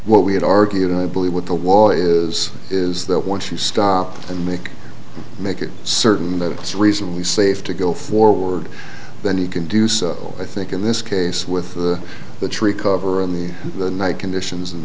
what we have argued and i believe what the law is is that once you stop and make make it certain that it's reasonably safe to go forward then you can do so i think in this case with the tree cover and the the night conditions and